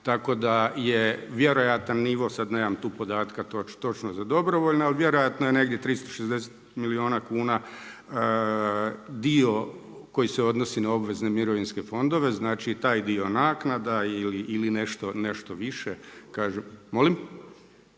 tako da je vjerojatan nivo, sad nemam tu podatka točno za dobrovoljna. Ali vjerojatno je negdje 360 milijuna kuna dio koji se odnosi na obvezne mirovinske fondove. Znači i taj dio naknada ili nešto više. Kažem, molim?